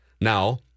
Now